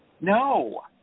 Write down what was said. No